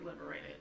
liberated